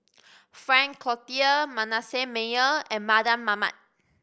Frank Cloutier Manasseh Meyer and Mardan Mamat